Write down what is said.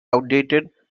outdated